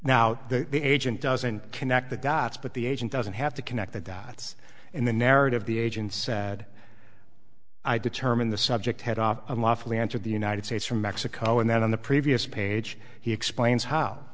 now the agent doesn't connect the dots but the agent doesn't have to connect the dots in the narrative the agent said i determine the subject head off unlawfully enter the united states from mexico and then on the previous page he explains how